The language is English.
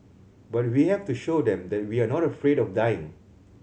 but we have to show them that we are not afraid of dying